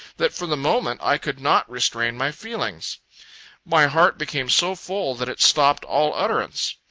that for the moment i could not restrain my feelings my heart became so full, that it stopped all utterance.